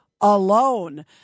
alone